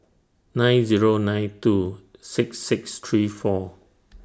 nine Zero nine two six six three four